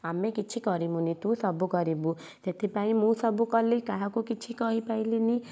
ଆମେ କିଛି କରିବୁନି ତୁ ସବୁ କରିବୁ ସେଥିପାଇଁ ମୁଁ ସବୁ କଲି କାହାକୁ କିଛି କହିପାଇଲିନି